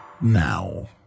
now